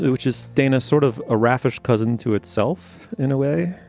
which is daina, sort of a raffish cousin to itself, in a way,